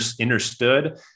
understood